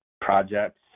projects